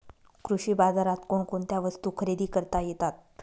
कृषी बाजारात कोणकोणत्या वस्तू खरेदी करता येतात